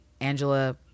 Angela